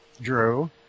Drew